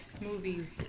movies